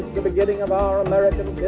the beginning of our american